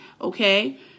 Okay